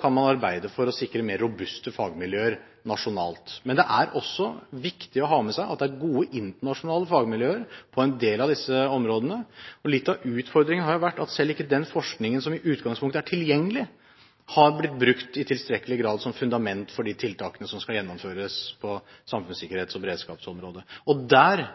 kan man så arbeide for å sikre mer robuste fagmiljøer nasjonalt. Men det er også viktig å ha med seg at det er gode internasjonale fagmiljøer på en del av disse områdene. Litt av utfordringen har vært at selv ikke den forskningen som i utgangspunktet er tilgjengelig, har blitt brukt i tilstrekkelig grad som fundament for de tiltakene som skal gjennomføres på samfunnssikkerhets- og beredskapsområdet. Der